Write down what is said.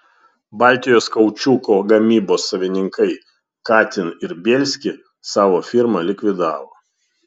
baltijos kaučiuko gamybos savininkai katin ir bielsky savo firmą likvidavo